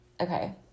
okay